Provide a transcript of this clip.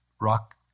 Rock